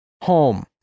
home